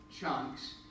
chunks